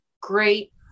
great